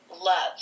love